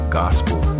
gospel